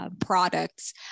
products